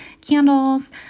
candles